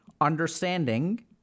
understanding